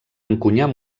encunyar